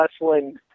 wrestling